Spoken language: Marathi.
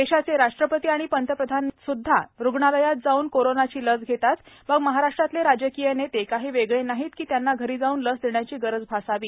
देशाचे राष्ट्रपती आणि पंतप्रधानांनीही रुग्णालयात जाऊन कोरोनाची लस घेतली मग महाराष्ट्रातले राजकीय नेते काही वेगळे नाहीत की त्यांना घरी जाऊन लस देण्याची गरज भासावी